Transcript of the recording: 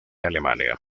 alemania